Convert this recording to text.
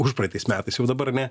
užpraeitais metais jau dabar ane